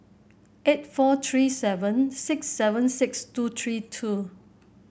eight four three seven six seven six two three two